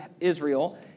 Israel